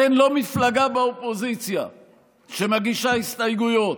אתן לא מפלגה באופוזיציה שמגישה הסתייגויות.